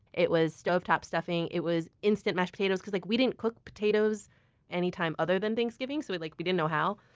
it was stovetop stuffing. it was instant mashed potatoes because like we didn't cook potatoes any time other than thanksgiving, so we like we didn't know how.